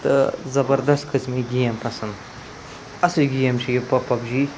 تہٕ زبردَس کھٔژ مےٚ یہِ گیم پَسنٛد اَصٕل گیم چھِ یہِ پَب پَب جی